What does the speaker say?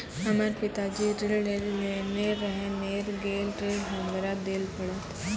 हमर पिताजी ऋण लेने रहे मेर गेल ऋण हमरा देल पड़त?